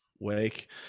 Wake